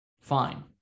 Fine